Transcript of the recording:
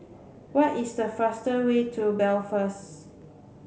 what is the fastest way to Belfast